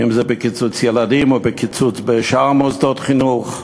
אם זה בקיצוץ קצבאות ילדים או בקיצוץ בשאר מוסדות חינוך.